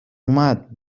اومد